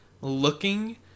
looking